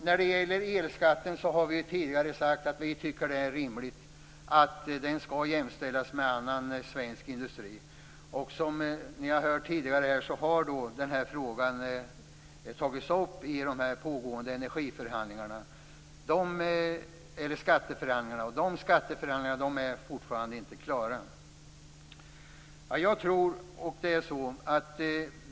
När det gäller elskatten har vi tidigare sagt att vi tycker att det är rimligt att den skall jämställas med det som gäller för annan svensk industri. Som ni har hört tidigare har den här frågan tagits upp i de pågående skatteförhandlingarna och de är fortfarande inte klara.